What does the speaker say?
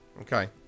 okay